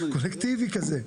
קולקטיבי כזה.